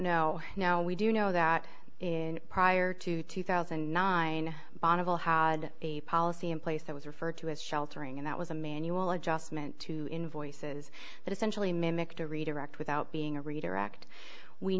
know now we do know that in prior to two thousand and nine bonneville had a policy in place that was referred to as sheltering and that was a manual adjustment to invoices but essentially mimic to redirect without being a redirect we